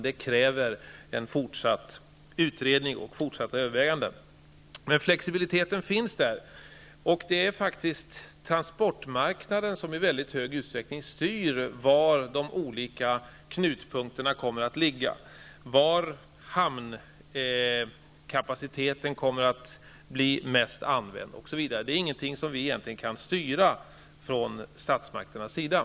Det krävs en fortsatt utredning och fortsatta överväganden. Flexibiliteten finns dock, och det är faktiskt transportmarknaden som i väldigt stor utsträckning styr var de olika knutpunkterna kommer att ligga, var hamnkapaciteten kommer att bli mest utnyttjad osv. Detta är ingenting som statsmakterna kan styra.